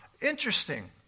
interesting